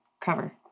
cover